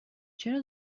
چرا